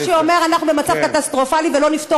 מה שאומר שאנחנו במצב קטסטרופלי ולא נפתור